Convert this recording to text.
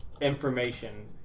information